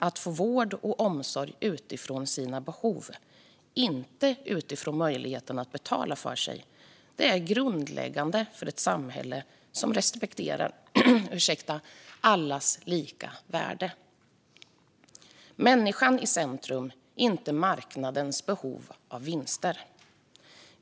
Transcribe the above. Att få vård och omsorg utifrån sina behov, inte utifrån möjligheten att betala för sig, är grundläggande för ett samhälle som respekterar allas lika värde. Människan ska stå i centrum, inte marknadens behov av vinster.